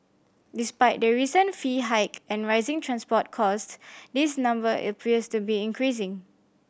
despite the recent fee hike and rising transport cost this number appears to be increasing